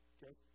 Okay